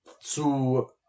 zu